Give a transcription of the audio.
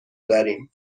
داریم